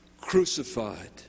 crucified